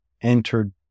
entered